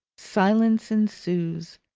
silence ensues.